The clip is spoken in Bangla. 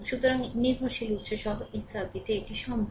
সুতরাং এবং নির্ভরশীল উত্স সহ একটি সার্কিটে এটি সম্ভব